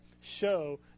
show